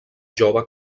jove